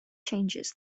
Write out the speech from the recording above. changes